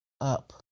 up